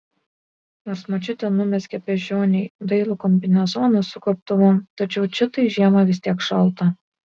nors močiutė numezgė beždžionei dailų kombinezoną su gobtuvu tačiau čitai žiemą vis tiek šalta